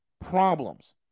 Problems